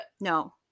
no